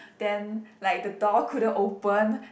then like the door couldn't open